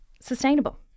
sustainable